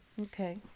Okay